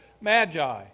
Magi